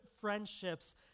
friendships